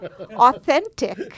Authentic